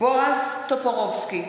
בועז טופורובסקי,